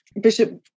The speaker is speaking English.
Bishop